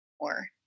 more